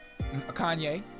Kanye